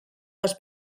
les